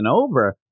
over